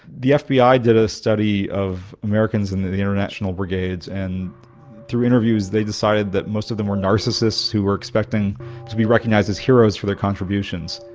the fbi did a study of americans in the the international brigades, and through interviews they decided that most of them were narcissists who were expecting to be recognised as heroes for their contributions.